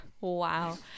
Wow